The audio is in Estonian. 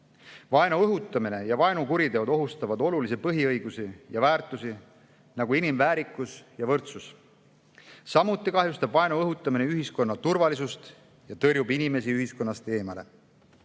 Vaenu õhutamine ja vaenukuriteod ohustavad olulisi põhiõigusi ja väärtusi, nagu inimväärikus ja võrdsus. Samuti kahjustab vaenu õhutamine ühiskonna turvalisust ja tõrjub inimesi ühiskonnast eemale.